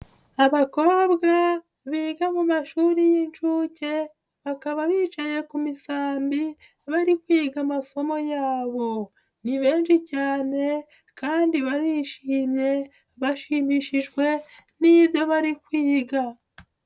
Abakobwa biga mu mashuri y'inshuke bakaba bicaye ku misambi bari kwiga amasomo yabo, ni benshi cyane kandi barishimye bashimishijwe n'ibyo bari kwiga.